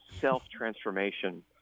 self-transformation